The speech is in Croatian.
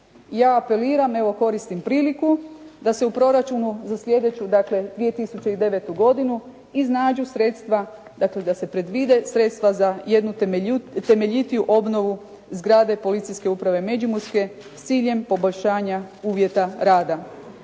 ja apeliram, evo koristim priliku da se u proračunu za sljedeću, dakle 2009. godinu iznađu sredstva, dakle da se predvide sredstva za jednu temeljitiju obnovu zgrade Policijske uprave međimurske s ciljem poboljšanja uvjeta rada.